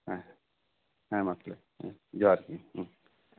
ᱦᱮᱸ ᱦᱮᱸ ᱢᱟ ᱛᱟᱦᱞᱮ ᱡᱚᱦᱟᱨ ᱜᱮ ᱦᱮᱸ